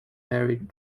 married